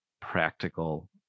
practical